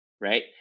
right